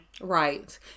Right